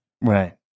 Right